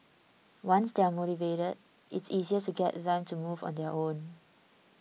once they are motivated it's easier to get them to move on their own